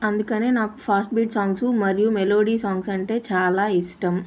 అందుకనే నాకు fast beat songs మరియు మెలోడీ సాంగ్సు అంటే చాలా ఇష్టం